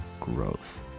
growth